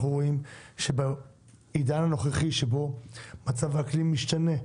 אנחנו רואים שבעידן הנוכחי שבו מצב האקלים משתנה,